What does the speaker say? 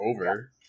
over